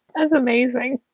that's amazing